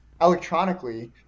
electronically